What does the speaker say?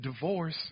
divorce